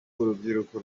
urubyiruko